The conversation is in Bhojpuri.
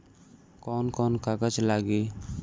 कौन कौन कागज लागी?